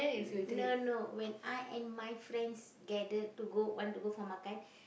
no no when I and my friends gathered to go want to go for makan